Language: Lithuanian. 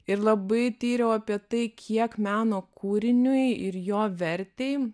ir labai tyriau apie tai kiek meno kūriniui ir jo vertei